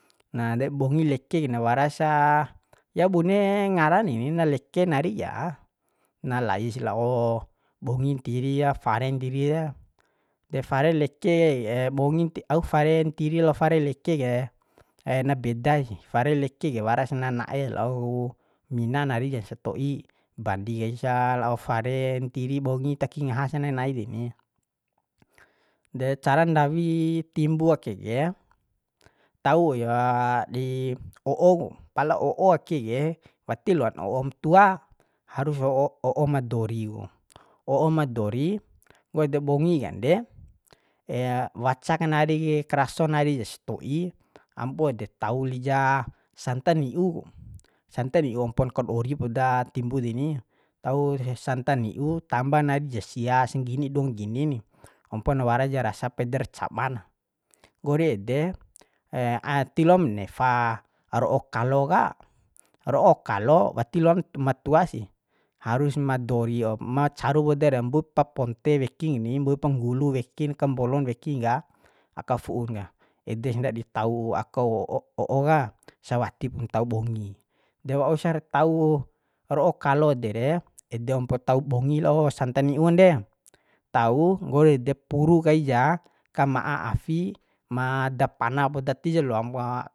Nah dei bongi leke ke na wara sa ya bune ngaran reni na leke nari ja na lai si lao bongi ntiri ra fare ntiri re de fare leke kai ke bongi au fare ntiri lao fare leke ke na beda sih fare leke ke waras na na'e laoku mina nari jan sato'i bandi kai sa la'o fare ntiri bongi taki ngaha sananai deni de cara ndawi timbu ake ke tau dei o'o ku pala o'o ake ke wati loan o'om tua harus o'o ma dori ku o'o ma dori nggo ede bongi kande waca kanari kai karaso nai jasto'i ampo de tau lija santa ni'u ku santa ni'u ampon kadori poda timbu deni tau ku santa ni'u tamba nari ja sia sanggini duanggini ni ampo wara ja rasa paidar caba na nggori ede tilom nefa ro'o kalo ka ro'o kalo wati loam matua sih harus ma dori ma caru poda de mbuipa ponte weki keni mbuipo nggulu wekin kambolon wekin ka aka fu'un ka edes ndadi tau aka wo'o o'o ka sawatip ntau bongi dewausar tau ro'o kalo dere ede ompo tau bongi lao santa niu kande tau nggori ede puru kaija ka ma'a afi ma dapana poda tija loamoa